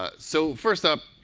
ah so first up,